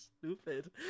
stupid